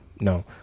No